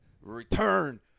return